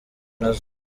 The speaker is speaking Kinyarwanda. nazo